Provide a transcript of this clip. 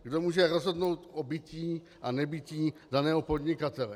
Kdo může rozhodnout o bytí a nebytí daného podnikatele?